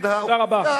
תודה רבה.